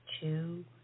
two